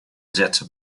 data